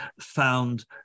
found